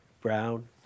Brown